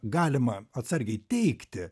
galima atsargiai teigti